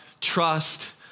trust